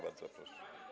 Bardzo proszę.